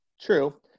True